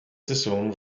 saison